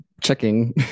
checking